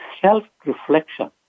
self-reflection